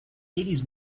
eighties